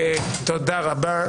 תודה רבה.